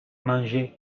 manger